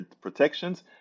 protections